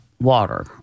water